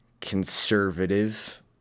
conservative